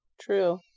true